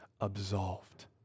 absolved